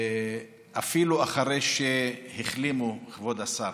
ואפילו אחרי שהחלימו, כבוד השר.